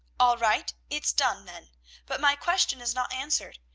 all right, it's done then but my question is not answered.